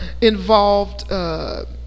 involved